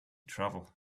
travel